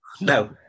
No